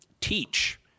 teach